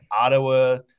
Ottawa –